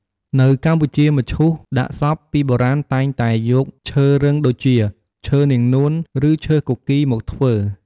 នៅកម្ពុជា មឈូសដាក់សព ពីបុរាណតែងតែយកឈើរឹងដូចជា ឈើនាងនួន ឬឈើគគីរ មកធ្វើ។